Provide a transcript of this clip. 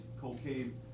cocaine